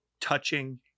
touching